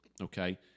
okay